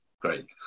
great